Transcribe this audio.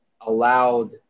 allowed